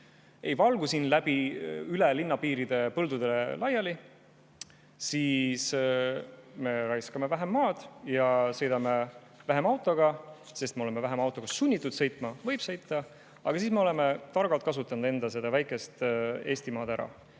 ei valgu üle linnapiiride põldudele laiali, siis me raiskame vähem maad ja sõidame vähem autoga, sest me oleme vähem sunnitud autoga sõitma. Võib sõita. Aga siis me oleme targalt ära kasutanud enda väikest Eestimaad.